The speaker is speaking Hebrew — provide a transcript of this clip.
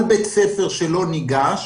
כל בית ספר שלא ניגש,